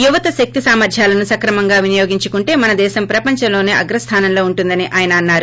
యువత శక్తి సామర్గ్యాలను సక్రమంగా వినియోగించుకుంటే మన దేశం ప్రపంచంలోనే అగ్రస్తానంలో ఉంటుందని ఆయన అన్నారు